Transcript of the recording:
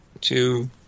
two